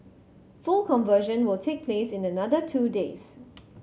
full conversion will take place in another two days